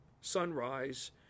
sunrise